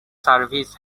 service